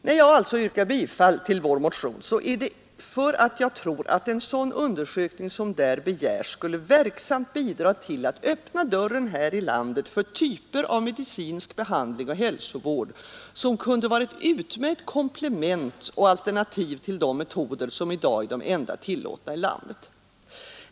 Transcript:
När jag nu yrkar bifall till vår motion så är det därför att jag tror att en sådan undersökning som här begärs skulle verksamt bidra till att öppna dörren här i landet för typer av medicinsk behandling och hälsovård som kunde vara ett utmärkt komplement och alternativ till de metoder som i dag är de enda tillåtna i landet.